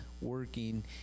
working